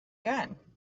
gun